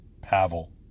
Pavel